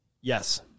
yes